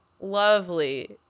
lovely